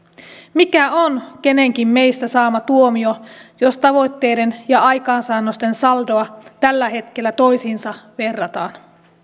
mikä on kenenkin meistä saama tuomio jos tavoitteiden ja aikaansaannosten saldoa tällä hetkellä toisiinsa verrataan